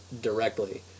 directly